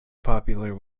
popular